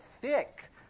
thick